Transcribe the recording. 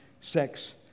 sex